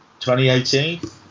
2018